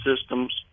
systems